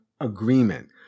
agreement